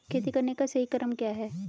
खेती करने का सही क्रम क्या है?